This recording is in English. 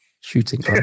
shooting